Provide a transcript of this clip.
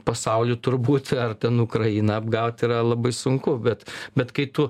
pasaulį turbūt ar ten ukrainą apgaut yra labai sunku bet bet kai tu